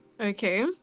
Okay